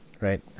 right